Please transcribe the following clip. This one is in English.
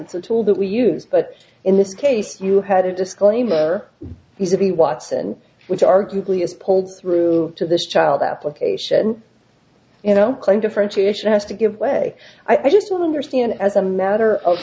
it's a tool that we use but in this case you had a disclaimer he's a b watson which arguably is pulled through to this child application you know claim differentiation has to give way i just don't understand as a matter of